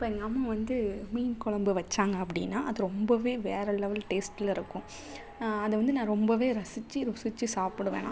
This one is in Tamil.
இப்போ எங்கள் அம்மா வந்து மீன் கொழம்பு வச்சாங்க அப்படின்னா அது ரொம்பவே வேற லெவல் டேஸ்ட்டில் இருக்கும் அதை வந்து நான் ரொம்பவே ரசிச்சு ருசிச்சு சாப்பிடுவேன் நான்